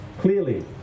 clearly